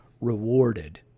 rewarded